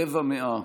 רבע מאה,